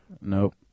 nope